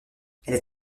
est